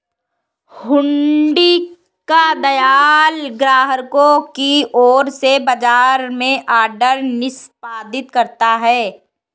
हुंडी का दलाल ग्राहकों की ओर से बाजार में ऑर्डर निष्पादित करता है